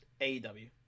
AEW